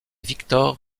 víctor